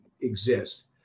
exist